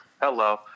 hello